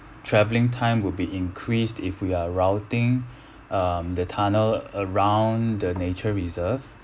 travelling time will be increased if we are routing um the tunnel around the nature reserve